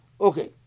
Okay